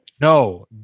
No